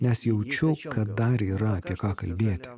nes jaučiu kad dar yra apie ką kalbėti